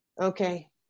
okay